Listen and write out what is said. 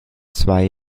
zwei